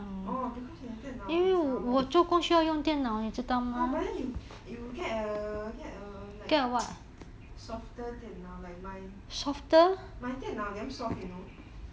orh becuase 你的电脑很吵 no but then you get a get a like softer 电脑 like mine my 电脑 damn soft you know